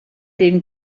den